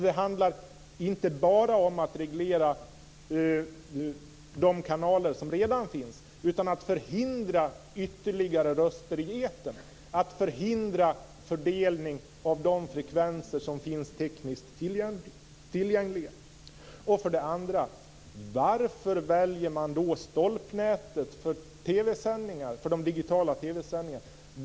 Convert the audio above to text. Det handlar inte bara om att reglera de kanaler som redan finns utan om att förhindra ytterligare röster i etern, att förhindra fördelning av de frekvenser som är tekniskt tillgängliga. Min andra fråga är: Varför väljer man stolpnätet för de digitala TV-sändningarna?